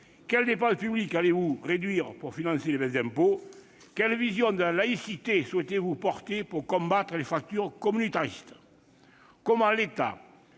Quelles dépenses publiques allez-vous réduire pour financer les baisses d'impôt ? Quelle vision de la laïcité souhaitez-vous défendre pour combattre les fractures communautaristes ? Comment l'État